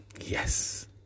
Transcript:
Yes